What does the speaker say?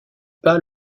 pas